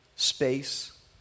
space